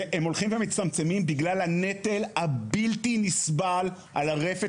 הם הולכים ומצטמצמים בגלל הנטל הבלתי נסבל על הרפת